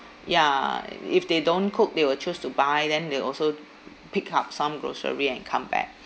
ya if they don't cook they will choose to buy then they will also pick up some grocery and come back